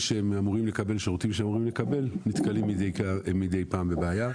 ושירותים שהם אמורים לקבל נתקלים מדי פעם בבעיה.